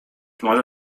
może